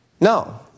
No